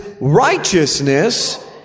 righteousness